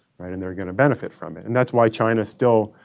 right, and they're going to benefit from it. and that's why china still,